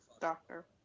Doctor